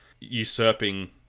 usurping